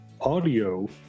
audio